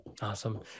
Awesome